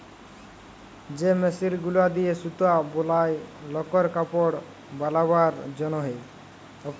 যে মেশিল গুলা দিয়ে সুতা বলায় লকর কাপড় বালাবার জনহে